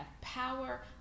power